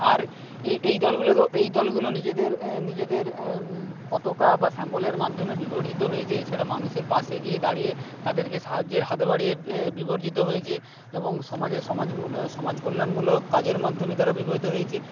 আর এ এই দলগুলো এই দলগুলো নিজেদের নিজেদের পতকা বা সিম্বলের মাধ্যমে বিবর্ধিত হয়েছে এছাড়া মানুষের পাশে গিয়ে দাঁড়িয়ে তাদেরকে সাহায্যের হাত বাড়িয়ে বিবর্ধিত হয়েছে এবং সমাজে সমাজ সমাজকল্যাণমূলক কাজের মাধ্যমে তারা বিবর্ধিত হয়েছে